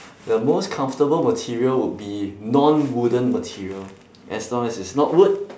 the most comfortable material would be non wooden material as long as it's not wood